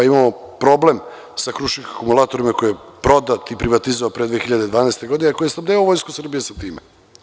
Imamo problem sa „Krušik akumulatorima“ koji je prodat i privatizovan 2012. godine, a koji je snabdevao Vojsku sa time.